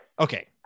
Okay